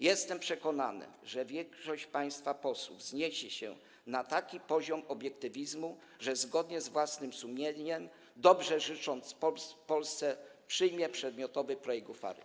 Jestem przekonany, że większość państwa posłów wzniesie się na taki poziom obiektywizmu, że zgodnie z własnym sumieniem, dobrze życząc Polsce, przyjmie przedmiotowy projekt uchwały.